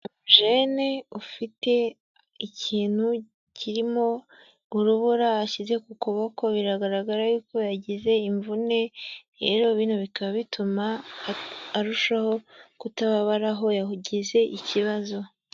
Jene ufite ikintu kirimo urubura yashyize ku kuboko, biragaragara yuko yagize imvune rero bino bikaba bituma arushaho kutababara aho yagize ikibazo.